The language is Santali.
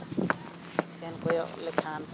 ᱥᱮᱱ ᱠᱚᱭᱚᱜ ᱞᱮᱠᱷᱟᱱ